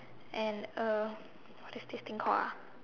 and a what is this thing called ah